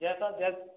जैसा